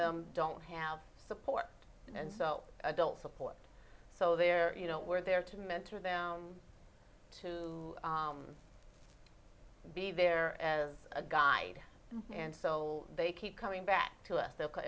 them don't have support and so adult support so there you know we're there to mentor them to be there as a guide and so they keep coming back to us they'll